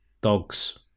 Dogs